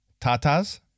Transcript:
Tatas